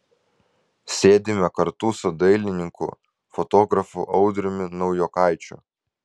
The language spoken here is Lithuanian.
sėdime kartu su dailininku fotografu audriumi naujokaičiu